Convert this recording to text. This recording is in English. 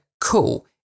cool